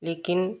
लेकिन